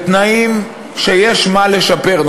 בתנאים שיש מה לשפר בהם,